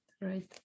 right